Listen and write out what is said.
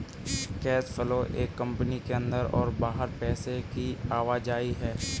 cash flow एक company के अंदर और बाहर पैसे की आवाजाही है